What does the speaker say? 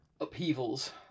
upheavals